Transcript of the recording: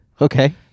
Okay